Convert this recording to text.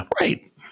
right